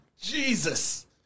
Jesus